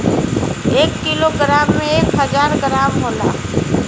एक kilogram में एक हजार ग्राम होला